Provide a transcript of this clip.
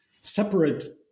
separate